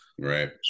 Right